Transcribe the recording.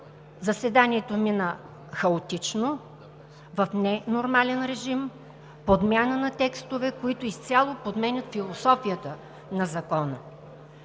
Заседанието мина хаотично, в ненормален режим, с подмяна на текстове, които изцяло подменят философията на Закона.